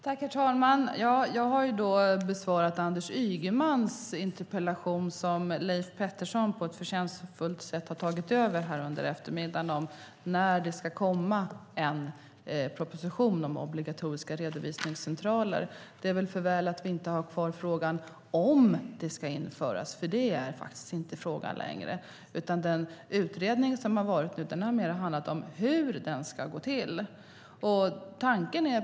Herr talman! Jag har besvarat Anders Ygemans interpellation, som Leif Pettersson på ett förtjänstfullt sätt tagit över, om när det ska komma en proposition om obligatoriska redovisningscentraler. Det är väl för väl att vi inte har kvar frågan om detta ska införas. Utredningen har mer handlat om hur det ska gå till.